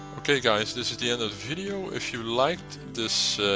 okay guys this is the end of the video. if you liked this